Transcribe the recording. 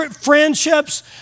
friendships